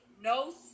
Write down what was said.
no